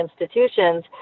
institutions